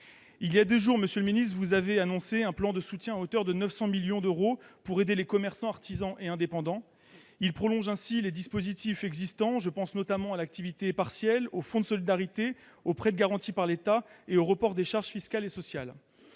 vous avez annoncé, monsieur le ministre, un plan de soutien à hauteur de 900 millions d'euros pour aider les commerçants, artisans et indépendants. Ce plan prolonge les dispositifs existants, notamment l'activité partielle, le fonds de solidarité, les prêts garantis par l'État et le report des charges fiscales et sociales.